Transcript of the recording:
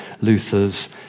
Luther's